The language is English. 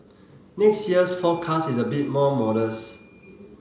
next year's forecast is a bit more modest